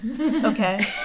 okay